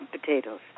potatoes